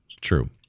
true